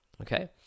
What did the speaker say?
okay